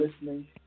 listening